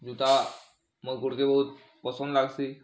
ଯୁତା ମୋ ଗୁଡ଼ କେ ବହୁତ୍ ପସନ୍ଦ ଲାଗସି